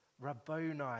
Rabboni